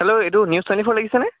hello এইটো news twenty four লাগিছে নে